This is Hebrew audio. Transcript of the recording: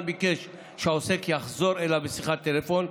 ביקש שהעוסק יחזור אליו בשיחת טלפון,